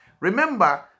Remember